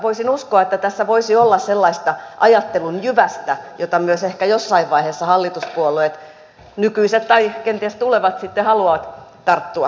voisin uskoa että tässä voisi olla sellaista ajattelun jyvästä johon myös ehkä jossain vaiheessa hallituspuolueet nykyiset tai kenties tulevat sitten haluavat tarttua